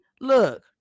look